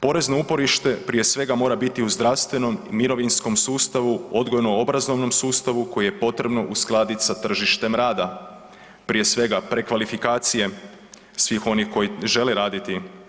Porezno uporište prije svega mora biti u zdravstvenom i mirovinskom sustavu, odgojno obrazovnom sustavu koji je potrebno uskladit sa tržištem rada, prije svega prekvalifikacijom svih onih koji žele raditi.